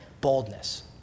Boldness